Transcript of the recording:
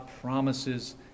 promises